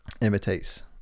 imitates